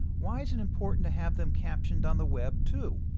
why is it important to have them captioned on the web too?